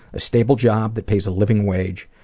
a stable job that pays a living wage,